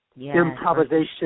Improvisation